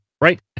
right